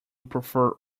prefer